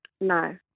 No